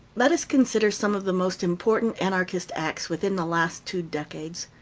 let us consider some of the most important anarchist acts within the last two decades.